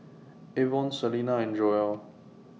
Avon Celina and Joel